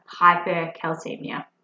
hypercalcemia